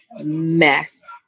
mess